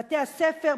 בבתי-הספר,